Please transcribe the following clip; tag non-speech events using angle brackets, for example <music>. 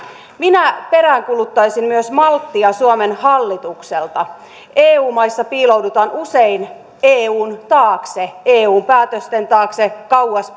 minä peräänkuuluttaisin myös malttia suomen hallitukselta eu maissa piiloudutaan usein eun taakse eu päätösten taakse kauas <unintelligible>